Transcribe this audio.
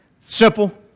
Simple